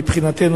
מבחינתנו,